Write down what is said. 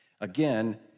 Again